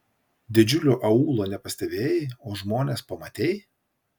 didžiulio aūlo nepastebėjai o žmones pamatei